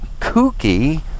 kooky